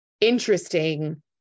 interesting